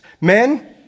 Men